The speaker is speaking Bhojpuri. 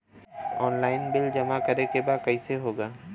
ऑनलाइन बिल जमा करे के बा कईसे होगा?